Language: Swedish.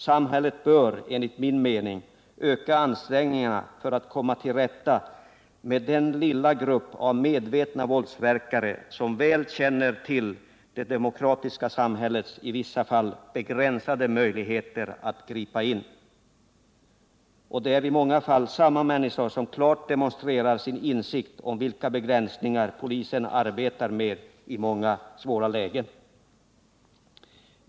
Samhället bör enligt min mening öka ansträngningarna för att komma till rätta med den lilla grupp av medvetna våldsverkare som väl känner till det demokratiska samhällets i vissa fall begränsade möjligheter att gripa in. Det är i många fall samma människor som klart demonstrerar sin insikt om vilka begränsningar polisen arbetar med i många svåra lägen.